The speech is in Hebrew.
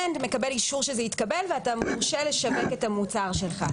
מקבל אישור שהתקבל ומורשה לשווק את המוצר שלך.